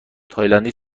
تایلندی